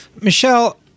Michelle